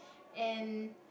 and